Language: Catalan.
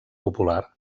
popular